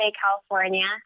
California